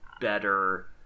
better